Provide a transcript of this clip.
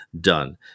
done